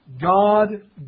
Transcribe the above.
God